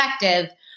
effective